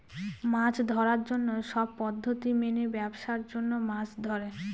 মাছ ধরার জন্য সব পদ্ধতি মেনে ব্যাবসার জন্য মাছ ধরে